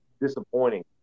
disappointing